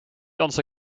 onze